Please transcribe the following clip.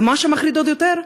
ומה שמחריד עוד יותר,